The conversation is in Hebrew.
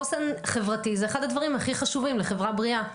חוסן חברתי זה אחד הדברים הכי חשובים לחברה בריאה.